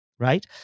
right